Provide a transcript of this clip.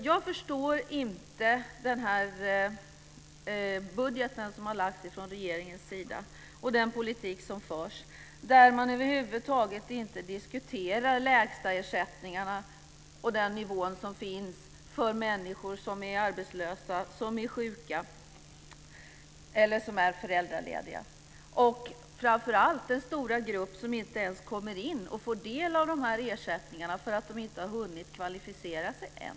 Jag förstår inte den budget som har lagts fram från regeringens sida och den politik som förs där man över huvud taget inte diskuterar lägstaersättningarna och den nivå som finns för människor som är arbetslösa, som är sjuka eller som är föräldralediga. Framför allt gäller det den stora grupp som inte ens kommer in och får del av de här ersättningarna för att de inte har hunnit kvalificera sig än.